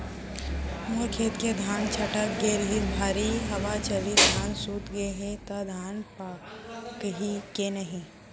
मोर खेत के धान छटक गे रहीस, भारी हवा चलिस, धान सूत गे हे, त धान पाकही के नहीं?